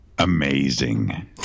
Amazing